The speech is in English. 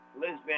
Lisbon